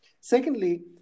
Secondly